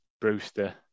Brewster